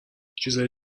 چیزهای